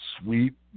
sweep